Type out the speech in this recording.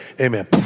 Amen